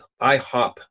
IHOP